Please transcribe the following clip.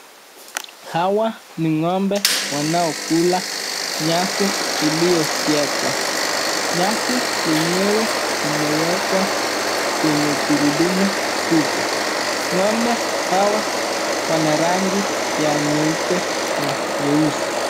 Hawa ni ng'ombe wanaokula nyasi iliyofyekwa. Nyasi yenyewe imewekwa kwenye gurudumu kubwa. Ng'ombe hawa wana rangi ya nyeupe na nyeusi.